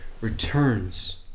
returns